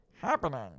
Happening